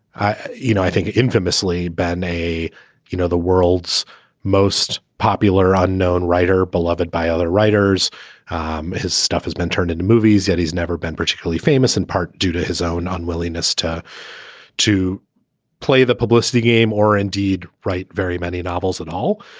i you know i think infamously bad, ah? you know, the world's most popular unknown writer, beloved by other writers um his stuff has been turned into movies that he's never been particularly famous, in part due to his own unwillingness to to play the publicity game or indeed write very many novels at all.